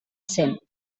cent